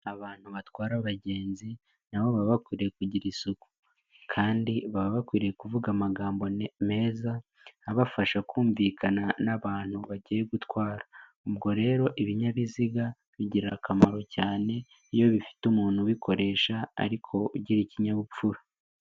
Abantu batwara abagenzi nabo baba bakwiriye kugira isuku kandi baba bakwiriye kuvuga amagambo meza abafasha kumvikana n'abantu bagiye gutwara. Ubwo rero ibinyabiziga bigira akamaro cyane iyo bifite umuntu ubikoresha ariko ugira ikinyabupfura.